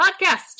Podcast